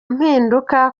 mpinduka